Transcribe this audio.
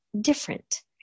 different